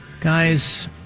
guys